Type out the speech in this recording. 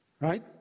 Right